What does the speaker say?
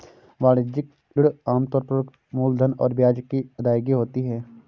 वाणिज्यिक ऋण आम तौर पर मूलधन और ब्याज की अदायगी होता है